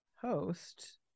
host